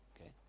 okay